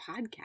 podcast